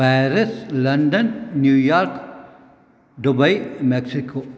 Paris London New York Dubai Mexico